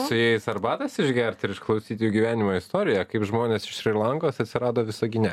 su jais arbatos išgerti ir išklausyti jų gyvenimo istoriją kaip žmonės iš šri lankos atsirado visagine